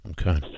Okay